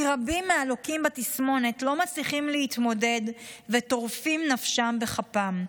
כי רבים מהלוקים בתסמונת לא מצליחים להתמודד וטורפים נפשם בכפם.